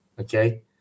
Okay